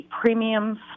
premiums